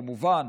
כמובן,